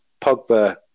Pogba